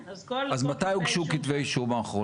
מתי הוגשו כתבי האישום האחרונים?